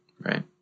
Right